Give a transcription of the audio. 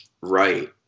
right